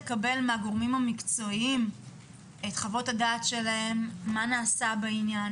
אקבל מהגורמים המקצועיים את חוות הדעת שלהם מה נעשה בעניין,